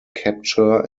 capture